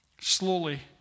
Slowly